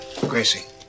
Gracie